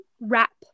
wrap